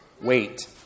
wait